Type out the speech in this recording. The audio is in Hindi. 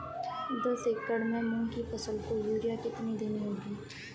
दस एकड़ में मूंग की फसल को यूरिया कितनी देनी होगी?